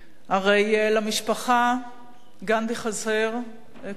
הרי למשפחה גנדי חסר כל יום,